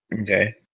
okay